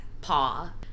paw